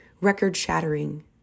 record-shattering